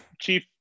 chief